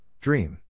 Dream